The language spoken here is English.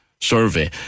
survey